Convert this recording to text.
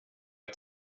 jag